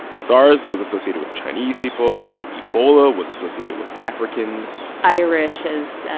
sars was associated with chinese people. ebola was associated with africans irish as,